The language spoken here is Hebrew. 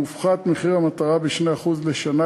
מופחת מחיר המטרה ב-2% לשנה,